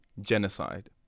genocide